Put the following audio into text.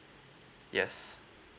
yes